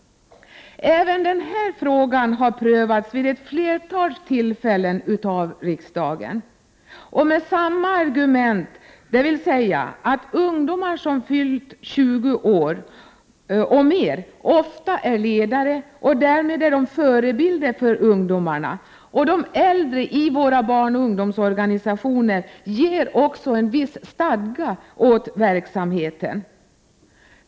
Även denna fråga har prövats vid ett flertal tillfällen av riksdagen med samma argument, dvs. att ungdomar över 20 år ofta är ledare. Därmed är de förebilder för ungdomarna. De äldre i våra barnoch ungdomsorganisationer ger också en viss stadga åt verksamheten.